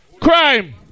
Crime